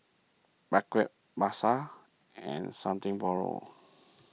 Mackays Pasar and Something Borrowed